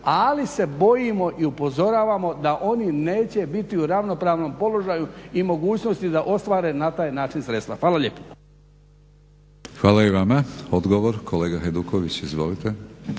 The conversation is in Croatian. ali se bojimo i upozoravamo da oni neće biti u ravnopravnom položaju i mogućnosti da ostvare na taj način sredstva. Hvala lijepa. **Batinić, Milorad (HNS)** Hvala i vama. Odgovor, kolega Hajduković izvolite.